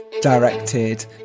directed